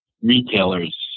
retailers